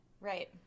right